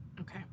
Okay